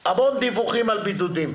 לעניין כל תקופת בידוד של אותו עובד,